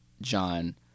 John